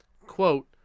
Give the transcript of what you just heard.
quote